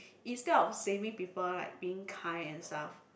instead of saving people like being kind and stuff